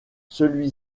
celui